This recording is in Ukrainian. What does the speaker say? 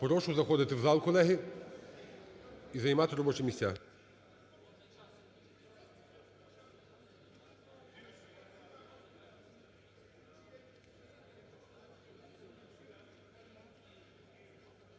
Прошу заходити в зал, колеги, і займати робочі місця.